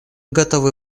готовы